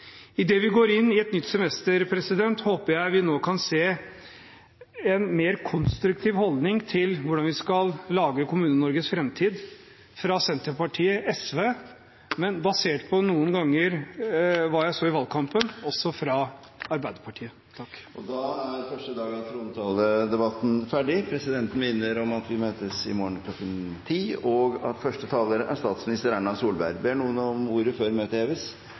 kommuner. Idet vi går inn i en ny sesjon, håper jeg vi nå fra både Senterpartiet og SV – og også fra Arbeiderpartiet, basert på hva jeg så i valgkampen noen ganger – kan se en mer konstruktiv holdning til hvordan vi skal lage Kommune-Norges framtid. Da er første dag av trontaledebatten ferdig. Presidenten minner om at vi møtes i morgen kl. 10, og at første taler er statsminister Erna Solberg. Ber noen om ordet før møtet heves?